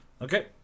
okay